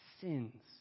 sins